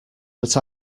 but